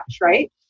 right